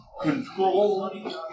control